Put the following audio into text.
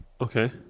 Okay